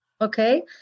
okay